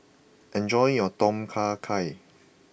enjoy your Tom Kha Gai